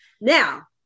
Now